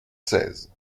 seize